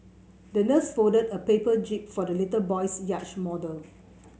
the nurse folded a paper jib for the little boy's yacht model